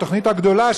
התוכנית הגדולה,